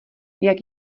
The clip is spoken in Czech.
jak